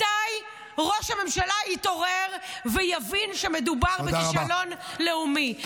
מתי ראש הממשלה יתעורר ויבין שמדובר בכישלון לאומי?